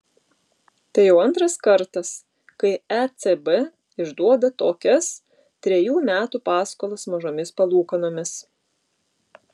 tai jau antras kartas kai ecb išduoda tokias trejų metų paskolas mažomis palūkanomis